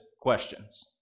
questions